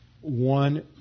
one